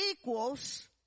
equals